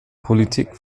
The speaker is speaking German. politik